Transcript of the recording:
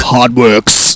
Hardworks